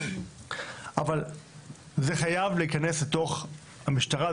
אבל זה חייב להיכנס לתוך המשטרה,